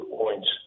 points